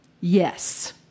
Yes